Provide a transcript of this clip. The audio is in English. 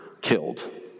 killed